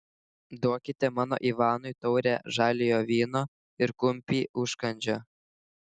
duokite mano ivanui taurę žaliojo vyno ir kumpį užkandžio